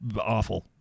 awful